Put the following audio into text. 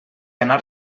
anar